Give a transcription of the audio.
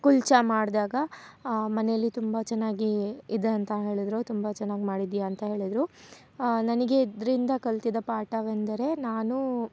ಕುಲ್ಚಾ ಮಾಡಿದಾಗ ಮನೇಲಿ ತುಂಬ ಚೆನ್ನಾಗಿ ಇದೆ ಅಂತ ಹೇಳಿದ್ರು ತುಂಬ ಚೆನ್ನಾಗಿ ಮಾಡಿದ್ದಿಯಾ ಅಂತ ಹೇಳಿದ್ರು ನನಗೆ ಇದರಿಂದ ಕಲ್ತಿದ್ದ ಪಾಠವೆಂದರೆ ನಾನು